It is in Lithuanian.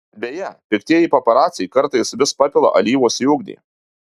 beje piktieji paparaciai kartais vis papila alyvos į ugnį